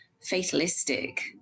fatalistic